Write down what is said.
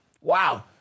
Wow